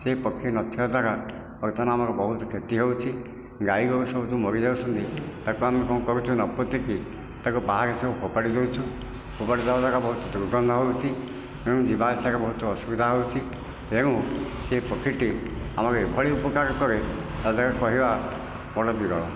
ସେଇ ପକ୍ଷୀ ନ ଥିବା ଦ୍ୱାରା ବର୍ତ୍ତମାନ ଆମର ବହୁତ କ୍ଷତି ହେଉଛି ଗାଈଗୋରୁ ସବୁ ଯେଉଁ ମରିଯାଉଛନ୍ତି ତା'କୁ ଆମେ କ'ଣ କରୁଛୁ ନ ପୋତିକି ତାକୁ ବାହାରେ ସବୁ ଫୋପାଡ଼ି ଦେଉଛୁ ଫୋପାଡ଼ିଦେବା ଦ୍ୱାରା ବହୁତ ଦୁର୍ଗନ୍ଧ ହେଉଛି ତେଣୁ ଯିବା ଆସିବାରେ ବହୁତ ଅସୁବିଧା ହେଉଛି ତେଣୁ ସେ ପକ୍ଷୀଟି ଆମର ଏଭଳି ଉପକାର କରେ ତା' ଦ୍ୱାରା କହିବା ବଡ଼ ବିରଳ